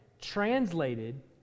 translated